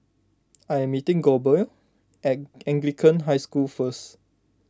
I am meeting Goebel at Anglican High School first